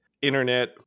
internet